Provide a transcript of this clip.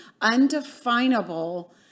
undefinable